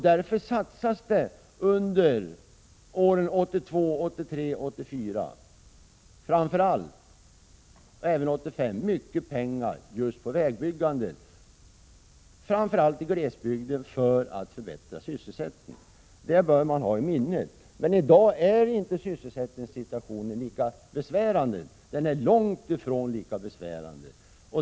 Därför satsade vi under åren 1982, 1983, 1984 och även 1985 mycket pengar på just vägbyggande, framför allt i glesbygden, för att förbättra sysselsättningen. Det bör man ha i minnet. Men i dag är sysselsättningssituationen långt ifrån lika besvärande.